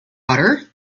butter